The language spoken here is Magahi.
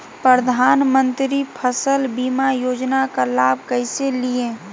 प्रधानमंत्री फसल बीमा योजना का लाभ कैसे लिये?